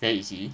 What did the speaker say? there you see